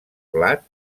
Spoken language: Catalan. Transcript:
blat